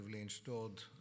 installed